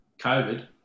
COVID